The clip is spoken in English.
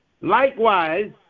Likewise